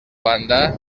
banda